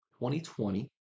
2020